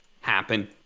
happen